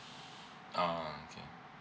ah okay